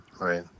right